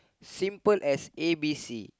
simple as A B C